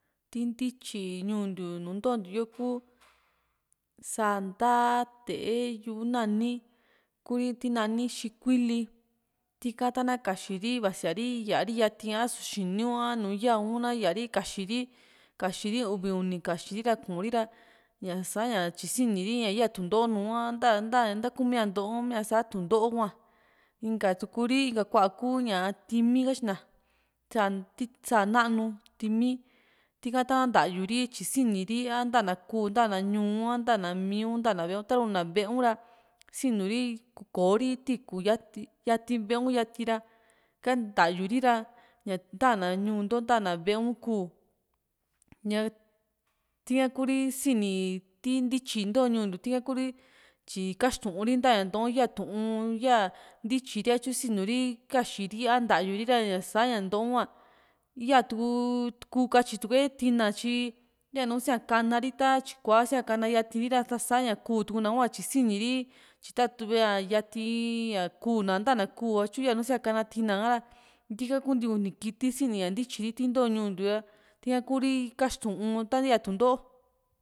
ti ntityi ñuu ntiu nùù ntontiu kuu sáa ndaa te´e yu´u nani ku tinani xikuili tika ta´na kaxiri vasiari ya´ri yati asu xini´un a nu ya´u na ya´ri kaxiri kaxiri uvi uni kaxiri ra kuu ri ra ña sa´ña tyi sini ri ña yaa tundoó nùù a nta nta ku´ia ntoo mia sa tundoó hua inka tuu´ri inka kua kuu ña ti´ími katyina sa sáa nanu ti´ími tika tana ntayuri tyi sini ri a nta na´a kuu a na ñuu a ntana miu ntana ta´ru na ve´e u´ra sinuri kò´o ri tiikú yati yati ve´e u yati ra ika ntayuri ra ña tana ñuu nto ntana ve´e u kuù ña ti´ka Kuri sini ti ntityi ntoo ñuu ntiu tika Kuri tyi kaxtuun ri nta ñaa ntoo´u yaa Tu'un yaa ntityi ri tyo siinu ri kaxii ri a ntaayu ri ra sa´ña ntoo´u hua yaa tuu kuu katyi tue tina tyi yanu sia´kana ri ta tyi kua sia´kana yati ri ra sa´a ña kuu tuu´na hua tyi sini ri tyi tatuvi´a yaati ña kuù na nta na kuù tyo sia´kana tina ra tika kuu nti uni kiti sini ña ntityi ri ntoo ñuu ntiu ra tika kuu´ri kaxtuun ta yaa tundoó